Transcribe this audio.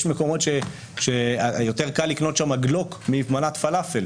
אבל יש מקומות שיותר קל לקנות בהם גלוק מאשר מנת פלאפל.